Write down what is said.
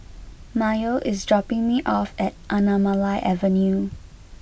Mayo is dropping me off at Anamalai Avenue